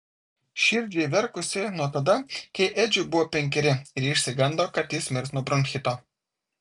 širdžiai verkusi nuo tada kai edžiui buvo penkeri ir ji išsigando kad jis mirs nuo bronchito